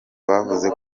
bavuze